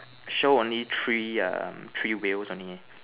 show only three err three wheels only